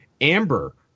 Amber